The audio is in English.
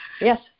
Yes